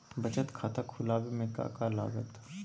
बचत खाता खुला बे में का का लागत?